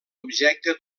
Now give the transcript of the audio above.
objecte